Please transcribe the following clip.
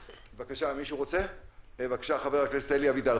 בבקשה, חבר הכנסת אלי אבידר.